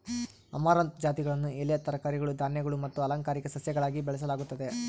amaranth ಜಾತಿಗಳನ್ನು ಎಲೆ ತರಕಾರಿಗಳು ಧಾನ್ಯಗಳು ಮತ್ತು ಅಲಂಕಾರಿಕ ಸಸ್ಯಗಳಾಗಿ ಬೆಳೆಸಲಾಗುತ್ತದೆ